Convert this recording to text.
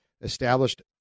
established